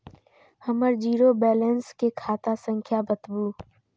हमर zero balance के खाता संख्या बतबु?